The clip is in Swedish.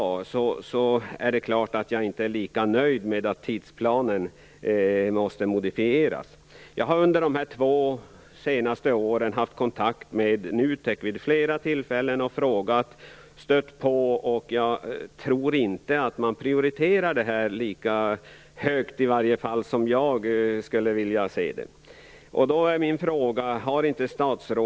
Däremot är jag så klart inte lika nöjd med att tidsplanen måste modifieras. Jag har under de två senaste åren varit i kontakt med NUTEK vid flera tillfällen. Jag har ställt frågor och stött på, men jag tror inte att man prioriterar detta så högt som i varje fall jag skulle vilja göra.